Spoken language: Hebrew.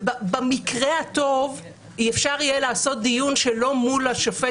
במקרה הטוב אפשר יהיה לעשות דיון שלא מול השופט